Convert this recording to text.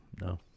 no